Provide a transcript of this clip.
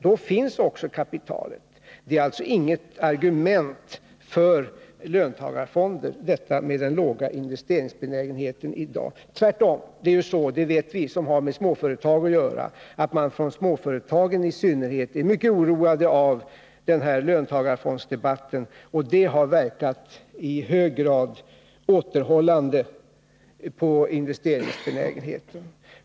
Då finns också kapitalet. Den låga investeringsbenägenheten i dag är alltså inget argument för löntagarfonder. Tvärtom vet vi som har med småföretagen att göra att i synnerhet småföretagen är mycket oroade över den här löntagarfondsdebatten och att den har verkat i hög grad återhållande på investeringsbenägenheten.